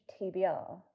TBR